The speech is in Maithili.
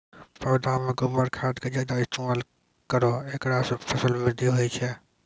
पौधा मे गोबर खाद के ज्यादा इस्तेमाल करौ ऐकरा से फसल बृद्धि होय छै?